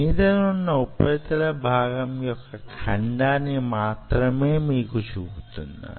మీదనున్న ఉపరితల భాగం యొక్క ఖండాన్ని మాత్రమే మీకు చూపుతున్నాను